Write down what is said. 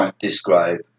describe